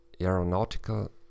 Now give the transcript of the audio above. aeronautical